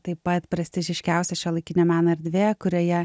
taip pat prestižiškiausia šiuolaikinio meno erdvė kurioje